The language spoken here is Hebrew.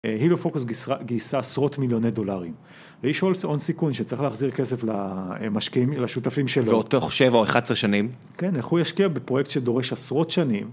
הילו פוקוס גייסה עשרות מיליוני דולרים. לאיש הון סיכון שצריך להחזיר כסף למשקיעים, לשותפים שלו. ועוד תוך 7 או 11 שנים, כן, איך הוא ישקיע בפרויקט שדורש עשרות שנים?